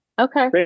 Okay